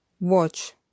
Watch